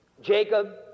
Jacob